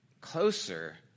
closer